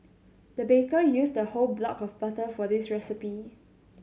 the baker used the whole block of butter for this recipe